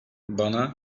bana